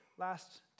last